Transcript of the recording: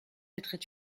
mettrais